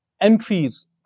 entries